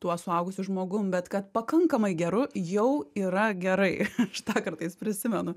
tuo suaugusiu žmogum bet kad pakankamai geru jau yra gerai aš tą kartais prisimenu